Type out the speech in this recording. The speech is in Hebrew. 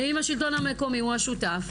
אם השלטון המקומי הוא השותף,